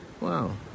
Wow